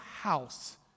house